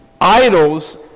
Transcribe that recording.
Idols